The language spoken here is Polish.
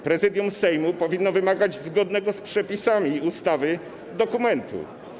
Prezydium Sejmu powinno wymagać zgodnego z przepisami ustawy dokumentu.